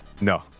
no